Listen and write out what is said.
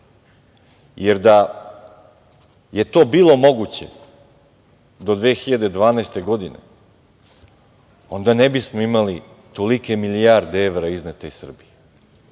Jer da je to bilo moguće do 2012. godine, onda ne bismo imali tolike milijarde evra iznete iz Srbije.